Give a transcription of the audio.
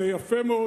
זה יפה מאוד,